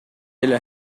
эле